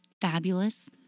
fabulous